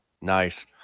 Nice